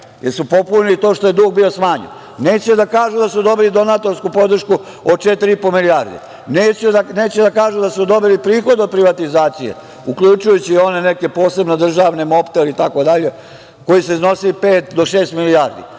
jer su popunili i to što dug bio smanjen. Neće da kažu da su dobili donatorsku podršku od 4,5 milijarde. Neće da kažu da su dobili prihode od privatizacije, uključujući i one neke posebne državne, „Mobtel“ i tako dalje, koji su iznosili pet do šest milijardi.